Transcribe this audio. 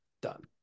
Done